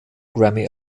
grammy